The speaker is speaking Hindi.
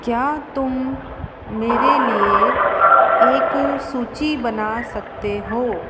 क्या तुम मेरे लिए एक सूची बना सकते हो